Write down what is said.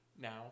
Now